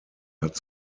hat